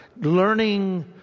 Learning